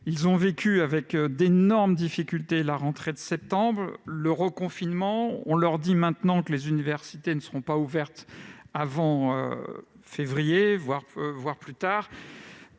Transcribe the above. Ils ont vécu avec d'énormes difficultés la rentrée de septembre, puis le reconfinement, et on leur annonce, maintenant, que les universités ne seront pas rouvertes avant février, voire plus tard.